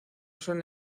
son